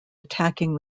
attacking